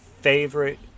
favorite